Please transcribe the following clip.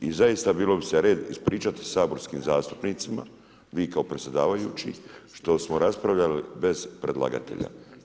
I zaista bilo bi se red ispričati saborskim zastupnicima, vi kao predsjedavajući što smo raspravljali bez predlagatelja.